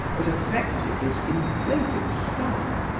but affected his inflated stomach.